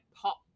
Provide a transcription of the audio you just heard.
pop